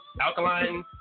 alkaline